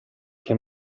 che